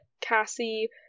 Cassie